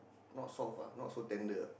not soft ah not so tender ah